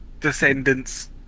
descendants